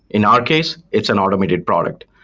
in our case, it's an automated product.